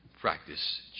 practice